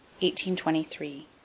1823